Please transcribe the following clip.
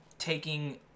taking